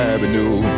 Avenue